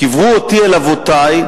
קברו אותי אל אבותי,